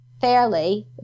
fairly